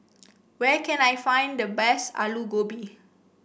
where can I find the best Alu Gobi